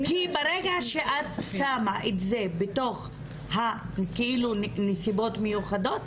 כי ברגע שאת שמה את זה בתוך הנסיבות המיוחדות,